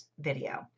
video